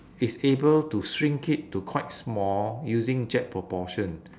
is able to shrink it to quite small using jet propulsion